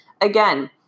Again